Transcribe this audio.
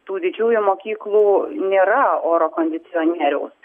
tų didžiųjų mokyklų nėra oro kondicionieriaus